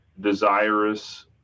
desirous